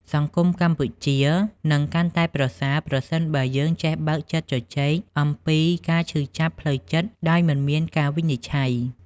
សង្គមកម្ពុជានឹងកាន់តែប្រសើរ ប្រសិនបើយើងចេះបើកចិត្តជជែកអំពីការឈឺចាប់ផ្លូវចិត្តដោយមិនមានការវិនិច្ឆ័យ។